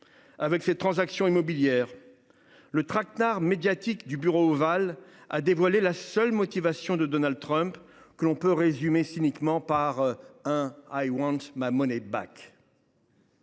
avec ses transactions immobilières. Le traquenard médiatique du Bureau ovale a dévoilé la seule motivation de Donald Trump, que l’on peut résumer cyniquement ainsi : Cette nuit, il